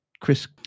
Chris